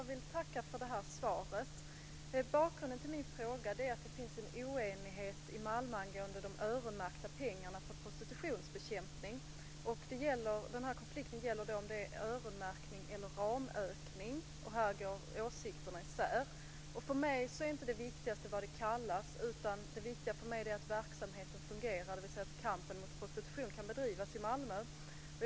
Fru talman! Jag vill tacka för svaret. Bakgrunden till min fråga är att det finns en oenighet i Malmö angående de öronmärkta pengarna för prostitutionsbekämpning. Konflikten gäller om det är öronmärkning eller ramökning. Här går åsikterna isär. För mig är inte det viktigaste vad det kallas, utan det viktiga för mig är att verksamheten fungerar, dvs. att kampen mot prostitution kan bedrivas i Malmö.